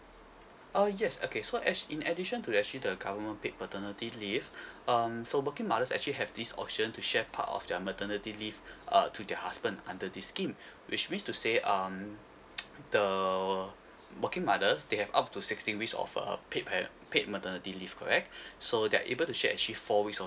uh yes okay so actually in addition to that actually the government paid paternity leave um so working mothers actually have this option to share part of the maternity leave uh to the husband under this scheme which means to say um the working mothers they have up to sixteen weeks of uh paid par~ paid maternity leave correct so they are able to share actually four weeks